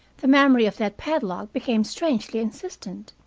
the memory of that padlock became strangely insistent.